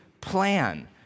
plan